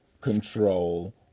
control